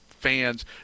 Fans